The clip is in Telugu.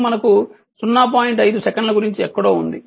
5 సెకన్ల గురించి ఎక్కడో ఉంది